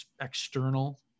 external